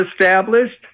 established